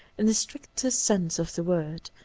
in the strictest sense of the word,